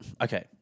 okay